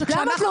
למה את לא